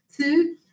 Two